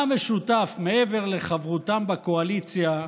מה משותף, מעבר לחברותם בקואליציה,